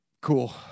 Cool